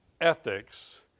ethics